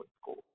school